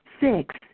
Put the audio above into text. Six